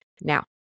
Now